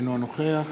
אינו נוכח